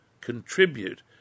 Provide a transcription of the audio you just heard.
contribute